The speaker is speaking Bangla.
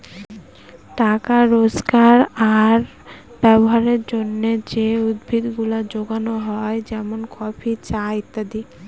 টাকা রোজগার আর ব্যবহারের জন্যে যে উদ্ভিদ গুলা যোগানো হয় যেমন কফি, চা ইত্যাদি